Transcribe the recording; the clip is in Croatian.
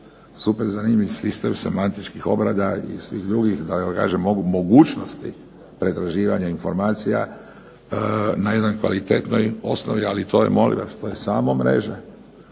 super zanimljivi sistem semantičkih obrada i svih drugi mogućnosti pretraživanja informacija na jednoj kvalitetnoj osnovi, ali molim vas to je samo mreža.